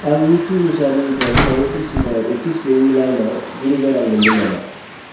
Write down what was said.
आं निथु मुसाहारिनिफ्राय बावैसो सिगाङाव एक्सिस बेंक लाइम आव गुरोजा रां मोनदों नामा